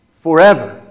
Forever